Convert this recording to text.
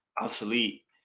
obsolete